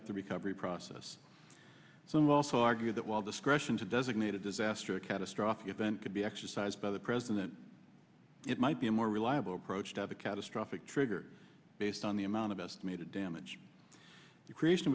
up the recovery process so i'm also argue that while discretion to designate a disaster a catastrophic event could be exercised by the president it might be a more reliable approach to have a catastrophic trigger based on the amount of estimated damage the creation